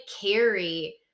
carry